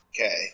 Okay